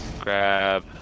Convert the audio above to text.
Grab